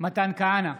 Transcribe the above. מתן כהנא,